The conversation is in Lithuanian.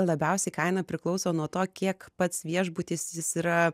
labiausiai kaina priklauso nuo to kiek pats viešbutis jis yra